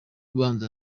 ubanza